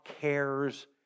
cares